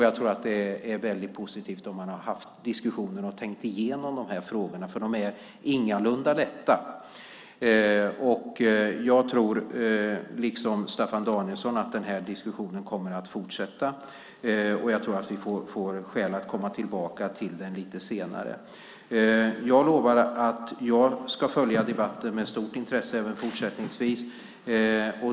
Jag tror att det är positivt om man har diskuterat och tänkt igenom frågorna. De är ingalunda lätta. Jag tror, liksom Staffan Danielsson, att diskussionen kommer att fortsätta och att vi kommer att få skäl att komma tillbaka till den lite senare. Jag lovar att jag ska följa debatten med stort intresse även fortsättningsvis.